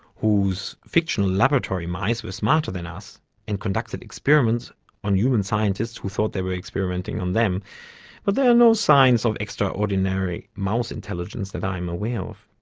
whose fictional laboratory mice were smarter than us and conducted experiments on human scientists who thought they were experimenting on them but there are no signs of extraordinary mouse intelligence i am aware of.